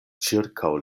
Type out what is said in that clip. ĉirkaŭ